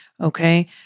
Okay